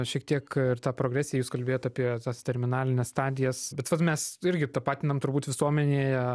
šiek tiek ir tą progresiją jūs kalbėjot apie tas terminalines stadijas bet vat mes irgi tapatinam turbūt visuomenėje